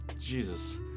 Jesus